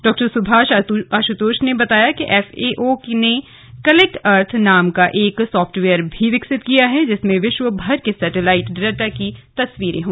डॉ सुभाष आशुतोष ने बताया कि एफएओ ने कलेक्ट अर्थ नाम का एक सॉफ्टवेयर विकसित किया है जिसमें विश्वभर के सैटेलाइट डाटा की तस्वीरें हैं